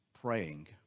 praying